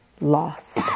lost